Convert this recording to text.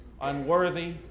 unworthy